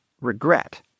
regret